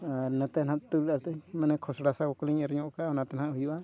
ᱟᱨ ᱱᱚᱛᱮ ᱱᱟᱦᱟᱸᱜ ᱛᱩᱲᱤ ᱢᱟᱱᱮ ᱠᱷᱚᱥᱲᱟ ᱥᱟᱶ ᱠᱚᱞᱤᱧ ᱮᱨ ᱧᱚᱜ ᱟᱠᱟᱫᱼᱟ ᱚᱱᱟ ᱛᱮ ᱱᱟᱦᱟᱸᱜ ᱦᱩᱭᱩᱜᱼᱟ